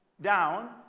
down